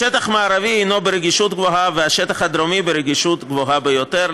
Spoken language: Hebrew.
השטח המערבי הינו ברגישות גבוהה והשטח הדרומי ברגישות גבוהה ביותר,